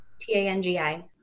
T-A-N-G-I